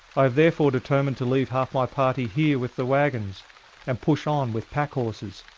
i therefore determined to leave half my party here with the wagons and push on with pack horses.